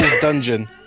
dungeon